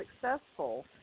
successful